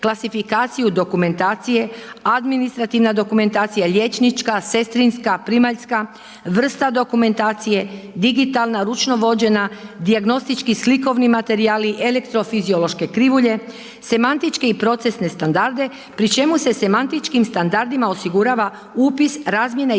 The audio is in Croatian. klasifikaciju dokumentacije, administrativna dokumentacija, liječnička, sestrinska, primaljska, vrsta dokumentacije, digitalna, ručno vođena, dijagnostički, slikovni materijali, elektrofiziološke krivulje, semantičke i procesne standarde, pri čemu se semantičkim standardima osigurava upis, razmjena i